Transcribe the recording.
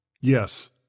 Yes